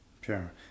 Sure